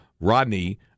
Rodney